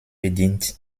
bedient